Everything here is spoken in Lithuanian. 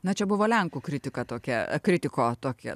na čia buvo lenkų kritika tokia kritiko tokia